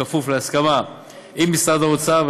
בכפוף להסכמה עם משרד האוצר,